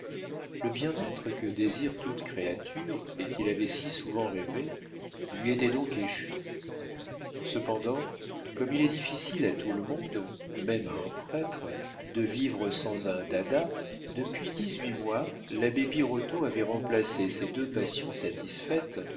le bien-être que désire toute créature et qu'il avait si souvent rêvé lui était donc échu cependant comme il est difficile à tout le monde même à un prêtre de vivre sans un dada depuis dix-huit mois l'abbé birotteau avait remplacé ses deux passions satisfaites